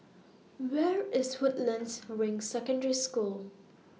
Where IS Woodlands Ring Secondary School